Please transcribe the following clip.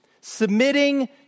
submitting